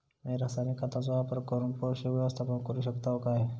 मी रासायनिक खतांचो वापर करून पोषक व्यवस्थापन करू शकताव काय?